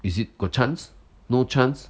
is it got chance no chance